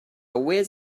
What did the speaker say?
whiz